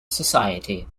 society